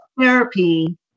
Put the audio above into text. therapy